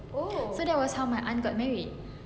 so that was how my aunt got married